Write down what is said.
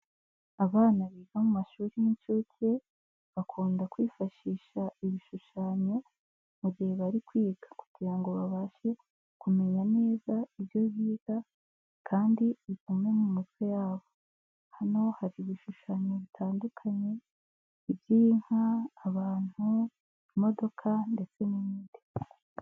Abana biga mu mashuri y'inshuke bakunda kwifashisha ibishushanyo mu gihe bari kwiga kugira ngo babashe kumenya neza ibyo biga kandi bigume mu mitwe yabo, hano hari ibishushanyo bitandukanye iby'inka, abantu, imodoka ndetse n'ibindi.